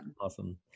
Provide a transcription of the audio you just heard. Awesome